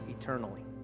eternally